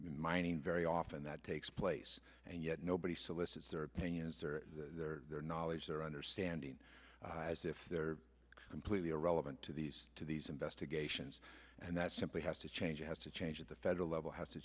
mining very often that takes place and yet nobody solicits their opinions or their knowledge their understanding as if they're completely irrelevant to these to these investigations and that simply has to change has to change at the federal level has to